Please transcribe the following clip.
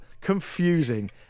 confusing